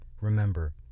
remember